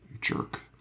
jerk